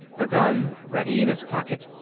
the gun, ready in his pocket,